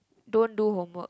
don't do homework